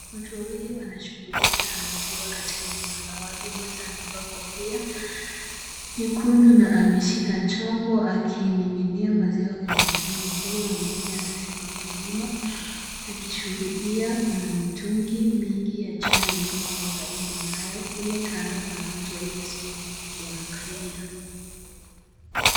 Watu wawili wanashughulika na maziwa katika eneo la wazi. Mmoja amevaa kofia, nyekundu na ameshika chombo akimiminia maziwa kwenye mtungi mkubwa, mwingine anasimama nyuma, akishuhudia. Kuna mitungi mingi ya chuma iliyopangwa karibu nayo. Kule kando kuna watu waliosimama wakiwaangalia.